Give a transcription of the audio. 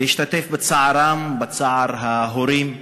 להשתתף בצערם, בצער ההורים,